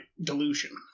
delusion